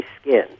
skin